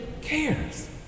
cares